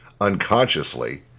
unconsciously